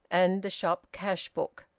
and the shop cash-book.